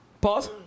Pause